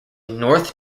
north